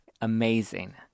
Amazing